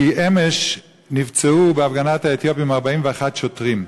כי אמש נפצעו בהפגנת האתיופים 41 שוטרים.